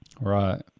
right